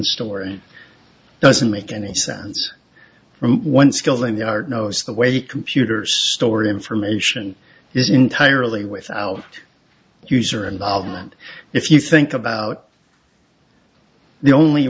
story doesn't make any sense once killing the art knows the way computers store information is entirely without user involvement if you think about the only